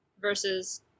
versus